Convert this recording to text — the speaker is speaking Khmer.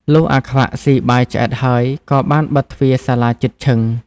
លុះអាខ្វាក់ស៊ីបាយឆ្អែតហើយក៏បានបិទទ្វារសាលាជិតឈឹង។